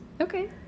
Okay